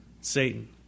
Satan